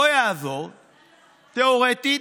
לא יעבור, תיאורטית,